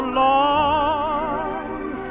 long